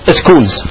schools